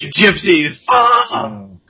Gypsies